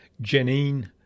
Janine